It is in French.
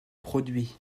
produit